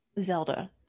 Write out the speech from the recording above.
Zelda